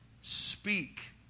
speak